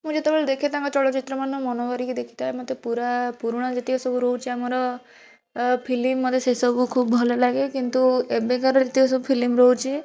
ମୁଁ ଯେତେବେଳେ ଦେଖେ ତାଙ୍କ ଚଳଚ୍ଚିତ୍ରମାନ ମନ ଭରିକି ଦେଖିଥାଏ ମୋତେ ପୁରା ପୁରୁଣା ଯେତିକି ସବୁ ରହୁଛି ଆମର ଫିଲ୍ମ ମୋତେ ସେ ସବୁ ଖୁବ ଭଲ ଲାଗେ କିନ୍ତୁ ଏବେକାର ଯେତିକି ସବୁ ଫିଲ୍ମ ରହୁଛି